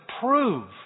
prove